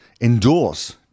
endorse